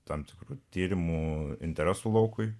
tam tikrų tyrimų interesų laukui